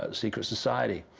ah secret society,